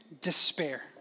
despair